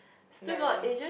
man